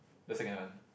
the second one